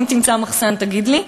אם תמצא מחסן תגיד לי.